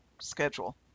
schedule